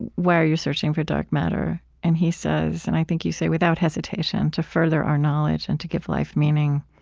and why are you searching for dark matter? and he says and i think you say, without hesitation to further our knowledge and to give life meaning.